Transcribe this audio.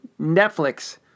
Netflix